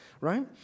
right